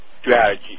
strategy